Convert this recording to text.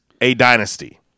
A-Dynasty